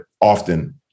often